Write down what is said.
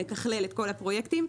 שמתכלל את כל הפרויקטים.